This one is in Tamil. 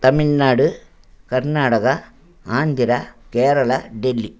தமிழ்நாடு கர்நாடகா ஆந்திரா கேரளா டெல்லி